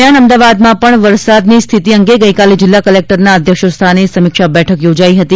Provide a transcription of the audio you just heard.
દરમિયાન અમદાવાદમાં પણ વરસાદની સ્થિતિ અંગે ગઇકાલે જિલ્લા કલેક્ટરના અધ્યક્ષ સ્થાને સમીક્ષા બેઠક યોજાઈ હતી